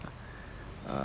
err